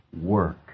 work